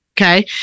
Okay